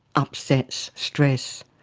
upsets, stress,